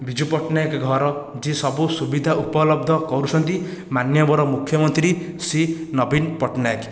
ବିଜୁ ପଟ୍ଟନାୟକ ଘର ଯେ ସବୁ ସୁବିଧା ଉପଲବ୍ଧ କରୁଛନ୍ତି ମାନ୍ୟବର ମୁଖ୍ୟମନ୍ତ୍ରୀ ଶ୍ରୀ ନବୀନ ପଟ୍ଟନାୟକ